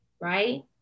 right